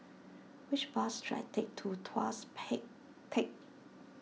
which bus should I take to Tuas Peck Tech